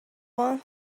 one